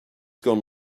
gone